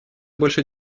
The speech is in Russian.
больше